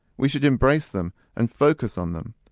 we should embrace them and focus on them.